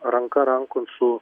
ranka rankon su